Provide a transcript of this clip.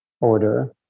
order